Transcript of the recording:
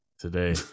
Today